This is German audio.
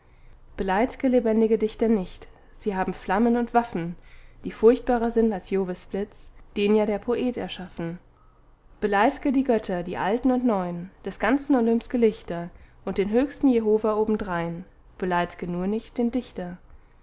beleid'ge lebendige dichter nicht sie haben flammen und waffen die furchtbarer sind als jovis blitz den ja der poet erschaffen beleid'ge die götter die alten und neu'n des ganzen olymps gelichter und den höchsten jehova obendrein beleid'ge nur nicht den dichter